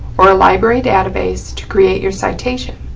or a library database to create your citation,